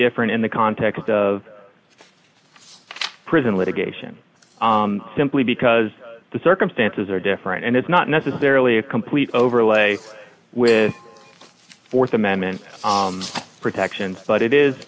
different in the context of a prison litigation simply because the circumstances are different and it's not necessarily a complete overlay with th amendment protections but it is